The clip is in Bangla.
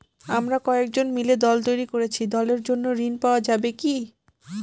আমরা কয়েকজন মিলে দল তৈরি করেছি দলের জন্য ঋণ পাওয়া যাবে কি?